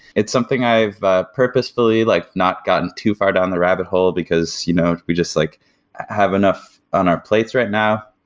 it's something i've ah purposefully like not gotten too far down the rabbit hole, because you know we just like have enough on our plates right now.